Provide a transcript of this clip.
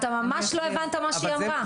אתה ממש לא הבנת מה שהיא אמרה.